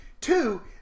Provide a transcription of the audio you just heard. Two